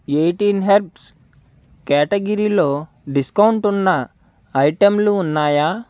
eighteen herbs క్యాటగరీలో డిస్కౌంటున్న ఐటెంలు ఉన్నాయా